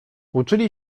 uczyli